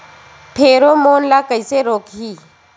Pheromone ला कइसे रोकही?